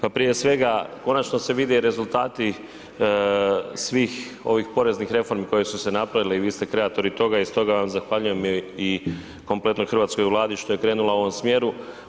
Pa prije svega, konačno se vide i rezultati svih ovih poreznih reformi koje su se napravili i vi ste kreatori toga i stoga vam zahvaljujem i kompletnoj hrvatskoj Vladi što je krenula u ovom smjeru.